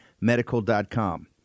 medical.com